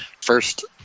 first